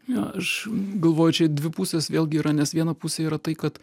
na aš galvoju čia dvi pusės vėlgi yra nes viena pusė yra tai kad